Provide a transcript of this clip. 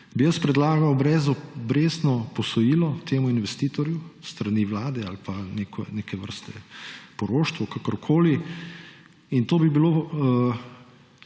–, bi predlagal brezobrestno posojilo temu investitorju s strani Vlade ali pa neke vrste poroštvo – kakorkoli. To bi bilo